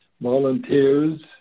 volunteers